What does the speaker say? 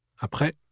Après